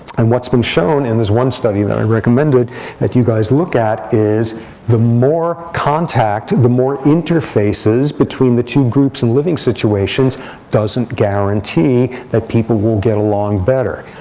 and what's been shown in this one study that i recommended that you guys look at is the more contact, the more interfaces, between the two groups and living situations doesn't guarantee that people will get along better.